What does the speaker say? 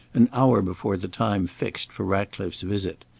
an hour before the time fixed for ratcliffe's visit.